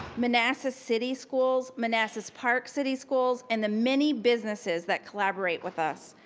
manassas city schools, manassas park city schools, and the many businesses that collaborate with us.